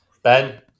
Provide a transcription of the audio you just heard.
Ben